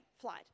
flight